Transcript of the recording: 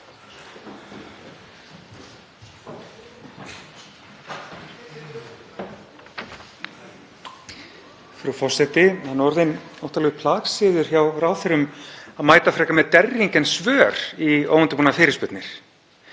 Frú forseti. Nú er orðinn óttalegur plagsiður hjá ráðherrum að mæta frekar með derring en svör í óundirbúnar fyrirspurnir.